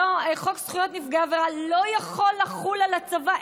חוק זכויות נפגעי עבירה לא יכול לחול על הצבא,